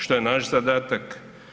Što je naš zadatak?